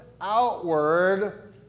outward